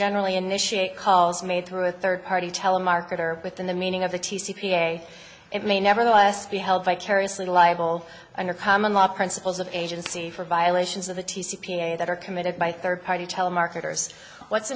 generally initiate calls made through a third party telemarketer within the meaning of the t c p a it may nevertheless be held vicariously liable under common law principles of agency for violations of the t c p a that are committed by third party telemarketers what's